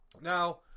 Now